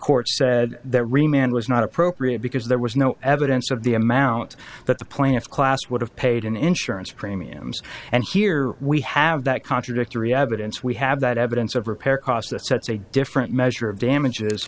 court said that remained was not appropriate because there was no evidence of the amount that the plaintiff class would have paid in insurance premiums and here we have that contradictory evidence we have that evidence of repair costs that sets a different measure of damages